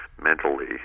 mentally